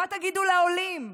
מה תגידו לעולים,